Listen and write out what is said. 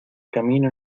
camino